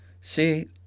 see